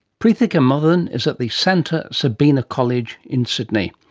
preethika mathan is at the santa sabina college in sydney,